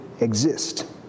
exist